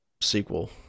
sequel